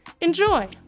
Enjoy